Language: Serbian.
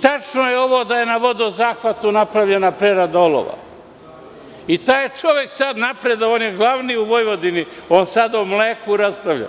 Tačno je ovo da je na vodozahvatu napravljena prerada olova i taj je čovek sad napredovao, on je glavni u Vojvodini, on sad o mleku raspravlja,